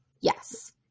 Yes